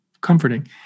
comforting